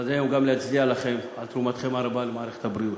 אבל זה גם היום להצדיע לכם על תרומתכם הרבה למערכת הבריאות.